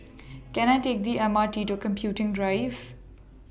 Can I Take The M R T to Computing Drive